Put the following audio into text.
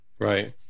Right